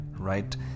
Right